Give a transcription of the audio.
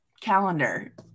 calendar